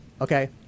Okay